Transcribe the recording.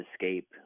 escape